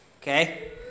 Okay